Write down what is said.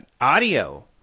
audio